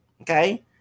Okay